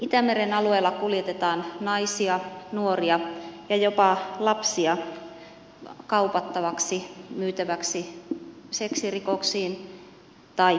itämeren alueella kuljetetaan naisia nuoria ja jopa lapsia kaupattavaksi myytäväksi seksirikoksiin tai pakkotyöhön